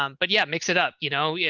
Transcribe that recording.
um but yeah, mix it up, you know, yeah